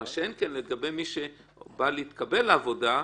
מה שאין כן לגבי מי שבא להתקבל לעבודה.